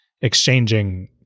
exchanging